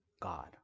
god